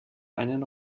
einen